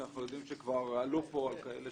כי אנחנו יודעים שכבר עלו פה על כאלה